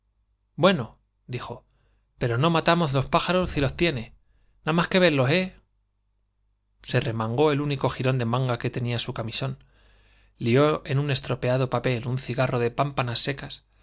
bueno dijo pero no matamoz los pájaro zi los tiene ná más que velos eh se remangó el único jirón de manga que tenía su camisón lió en un estropeado papel un cigarro de pámpanas secas